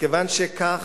מכיוון שכך,